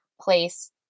place